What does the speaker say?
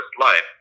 life